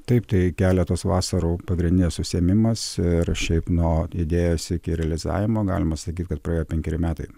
taip tai keletos vasarų pagrindinis užsiėmimas ir šiaip nuo idėjos iki realizavimo galima sakyt kad praėjo penkeri metai